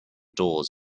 doors